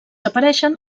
apareixen